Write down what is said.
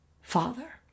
Father